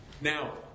Now